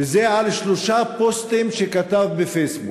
וזה על שלושה פוסטים שכתב בפייסבוק.